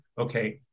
Okay